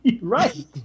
right